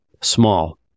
small